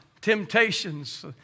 temptations